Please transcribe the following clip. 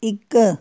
ਇੱਕ